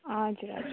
हजुर हजुर